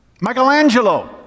Michelangelo